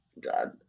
God